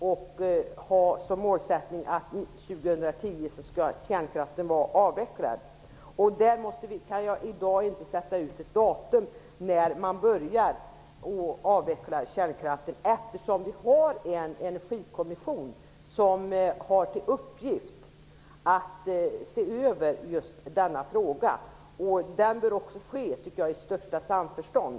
Vi har som målsättning att kärnkraften skall vara avvecklad år 2010. Jag kan inte i dag sätta ut ett datum när man skall börja att avveckla kärnkraften eftersom vi har en energikommission som har till uppgift att se över just denna fråga. Det bör också ske i största samförstånd.